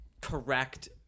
correct